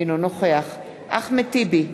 אינו נוכח אחמד טיבי,